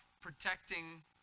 protecting